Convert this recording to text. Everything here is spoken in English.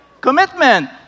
commitment